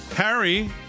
Harry